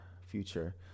future